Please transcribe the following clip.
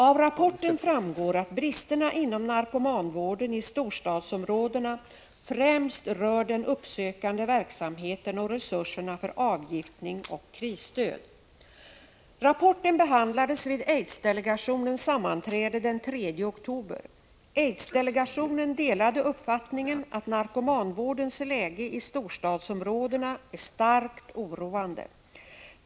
Av rapporten framgår att bristerna inom narkomanvården i storstadsområdena främst rör den uppsökande verksamheten och resurserna för avgiftning och krisstöd. Rapporten behandlades vid aidsdelegationens sammanträde den 3 oktober. Aidsdelegationen delade uppfattningen att narkomanvårdens läge i storstadsområdena är starkt oroande.